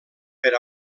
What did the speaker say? per